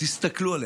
תסתכלו עליה.